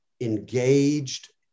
engaged